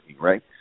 right